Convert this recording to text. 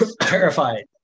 terrified